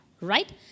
right